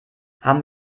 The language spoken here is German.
haben